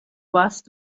warst